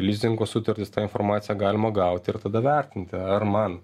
lizingo sutartis tą informaciją galima gaut ir tada vertinti ar man